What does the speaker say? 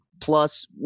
plus